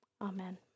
Amen